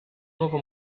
nuovo